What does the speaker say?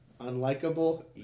unlikable